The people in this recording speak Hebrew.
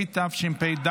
התשפ"ד